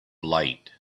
light